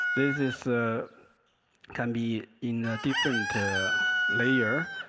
this this ah can be in different layer,